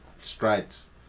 strides